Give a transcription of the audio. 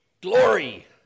Glory